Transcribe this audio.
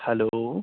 hello